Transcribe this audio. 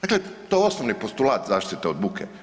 Dakle, to je osnovni postulat zaštite od buke.